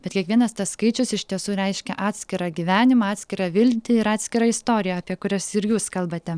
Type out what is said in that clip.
bet kiekvienas tas skaičius iš tiesų reiškia atskirą gyvenimą atskirą viltį ir atskirą istoriją apie kurias ir jūs kalbate